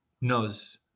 knows